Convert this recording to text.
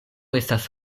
estas